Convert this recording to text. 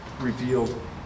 revealed